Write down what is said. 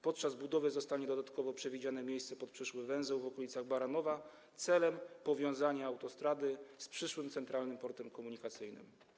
Podczas budowy zostanie dodatkowo przewidziane miejsce pod przyszły węzeł w okolicach Baranowa celem powiązania autostrady z przyszłym Centralnym Portem Komunikacyjnym.